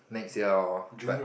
next year lor but